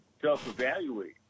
self-evaluate